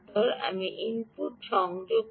আমি ইনপুট সংযোগ করব